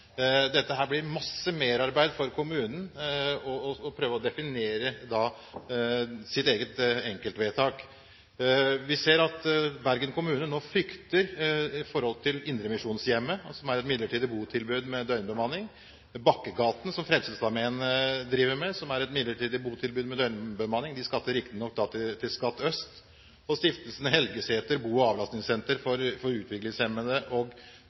Dette blir mye merarbeid for kommunen når de må prøve å definere sitt eget enkeltvedtak. Vi ser at Bergen kommune nå frykter for Indremisjonshjemmet, som er et midlertidig botilbud med døgnbemanning, for Bakkegaten, som Frelsesarmeen driver, som er et midlertidig botilbud med døgnbemanning – de skatter riktignok til Skatt øst – Stiftelsen Helgeseter, et bo- og avlastningssenter for utviklingshemmede,